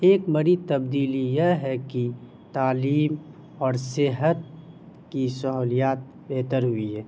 ایک بڑی تبدیلی یہ ہے کہ تعلیم اور صحت کی سہولیات بہتر ہوئی ہے